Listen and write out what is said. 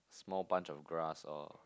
small bunch of grass or